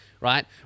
right